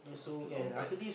after long time